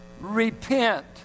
repent